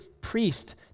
priest